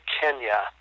Kenya